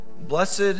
Blessed